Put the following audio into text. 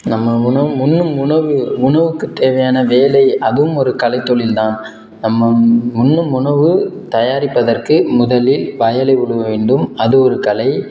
நம்ம உணவு உண்ணும் உணவு உணவுக்கு தேவையான வேலை அதுவும் ஒரு கலைத் தொழில் தான் நம்ம உ உண்ணும் உணவு தயாரிப்பதற்கு முதலில் வயலை உழுவ வேண்டும் அது ஒரு கலை